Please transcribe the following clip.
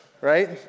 Right